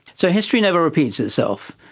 so history never repeats itself,